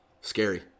Scary